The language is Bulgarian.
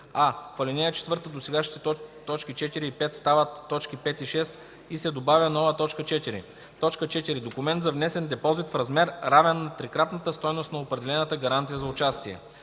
а) В ал. 4 досегашните точки 4 и 5 стават т. 5 и 6 и се добавя нова т. 4: „4. документ за внесен депозит в размер, равен на трикратната стойност на определената гаранция за участие.”